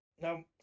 Now